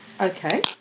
Okay